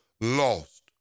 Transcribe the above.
lost